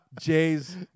Jay's